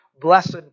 Blessed